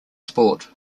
sport